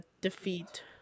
defeat